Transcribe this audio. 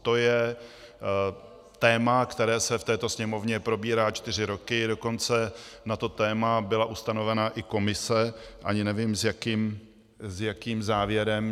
To je téma, které se v této Sněmovně probírá čtyři roky, dokonce na to téma byla ustavena i komise, ani nevím, s jakým závěrem.